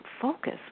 Focus